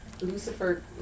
Lucifer